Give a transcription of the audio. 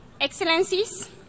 Excellencies